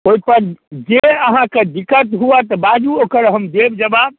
ओहिपर जे अहाँके दिक्कत हुए तऽ बाजू ओकर हम देब जवाब